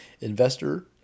investor